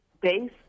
base